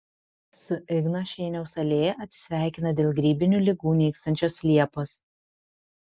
su igno šeiniaus alėja atsisveikina dėl grybinių ligų nykstančios liepos